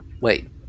Wait